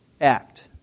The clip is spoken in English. act